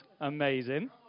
amazing